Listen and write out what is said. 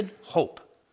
hope